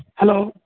hello